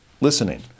listening